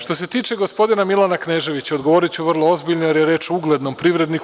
Što se tiče gospodina Milana Kneževića, odgovoriću vrlo ozbiljno, jer je reč o uglednom privredniku.